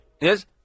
Yes